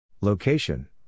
Location